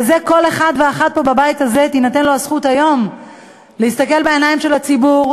וכל אחד ואחת פה בבית הזה תינתן להם היום הזכות להסתכל בעיני הציבור,